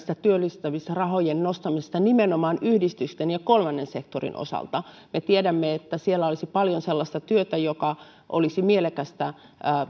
työllistämisrahojen esiin nostamisesta nimenomaan yhdistysten ja kolmannen sektorin osalta me tiedämme että siellä olisi paljon sellaista työtä joka olisi mielekästä